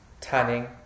tanning